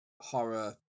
Horror